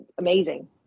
amazing